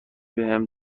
بهم